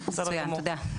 מצוין, תודה.